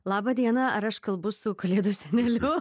labą dieną ar aš kalbu su kalėdų seneliu